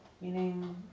Meaning